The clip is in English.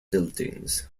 buildings